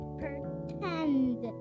pretend